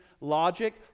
logic